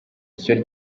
ishyo